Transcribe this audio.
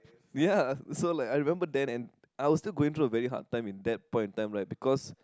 ya so like I remember that and I was still going through a very hard time in that point in time right because